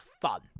fun